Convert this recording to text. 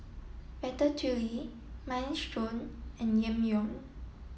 Ratatouille Minestrone and Ramyeon